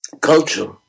culture